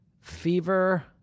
fever